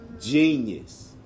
Genius